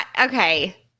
Okay